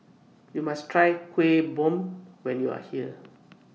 YOU must Try Kueh Bom when YOU Are here